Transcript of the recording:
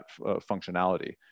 functionality